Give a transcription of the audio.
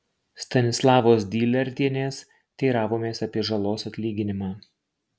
stanislavos dylertienės teiravomės apie žalos atlyginimą